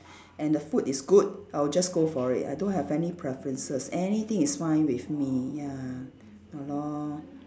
and the food is good I'll just go for it I don't have any preferences anything is fine with me ya ah lor